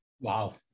Wow